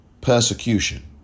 Persecution